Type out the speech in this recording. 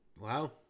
Wow